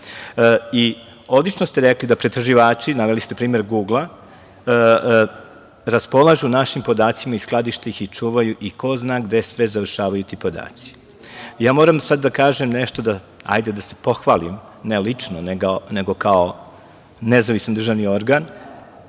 kontakt. Odlično ste rekli da pretraživači, naveli ste primer Gugla, raspolažu našim podacima i skladište ih i čuvaju i ko zna gde sve završavaju i ti podaci. Moram sada da kažem nešto, hajde da se pohvalim, ne lično nego kao nezavisan državni organ,